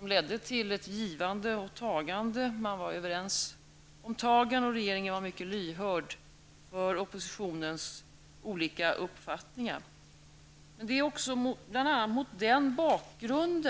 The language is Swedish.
Det ledde till ett givande och tagande. Man var överens om angreppssättet, och regeringen var mycket lyhörd för oppositionens olika uppfattningar. Mot bl.a. denna bakgrund